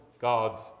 God's